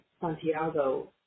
Santiago